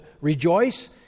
rejoice